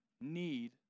Need